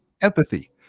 empathy